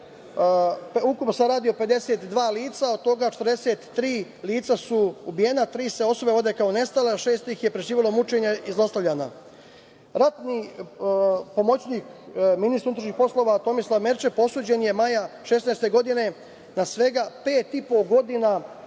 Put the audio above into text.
Ukupno se radi o 52 lica, od toga 43 lica su ubijena, tri se osobe vode kao nestale, a šest ih je preživelo mučenje i zlostavljanje. Ratni pomoćnik ministra unutrašnjih poslova Tomislav Merčep osuđen je maja 2016. godine na svega pet i